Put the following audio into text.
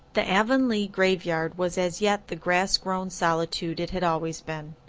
the avonlea graveyard was as yet the grass-grown solitude it had always been.